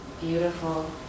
Beautiful